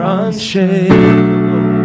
unshakable